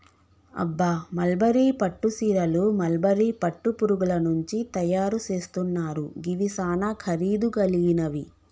అబ్బ మల్బరీ పట్టు సీరలు మల్బరీ పట్టు పురుగుల నుంచి తయరు సేస్తున్నారు గివి సానా ఖరీదు గలిగినవి